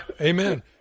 amen